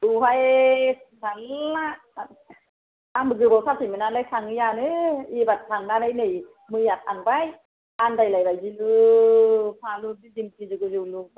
औहाय थाल्ला आंबो गोबावथारसैमोन नालाय थाङियानो एबार थांनानै नै मैया थांबाय आन्दायलायबाय गिलु फालु बिल्दिं गोजौ गोजौ लुबाय